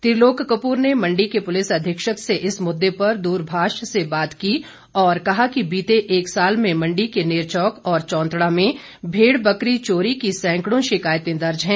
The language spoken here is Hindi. त्रिलोक कपूर ने मंडी के पुलिस अधीक्षक से इस मुद्दे पर द्रभाष से बात की और कहा कि बीते एक साल में मंडी के नेरचौक और चौंतड़ा में भेड़ बकरी चोरी की सैंकड़ों शिकायतें दर्ज हैं